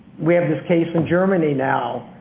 we have this case in germany now,